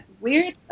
weird